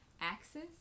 Axis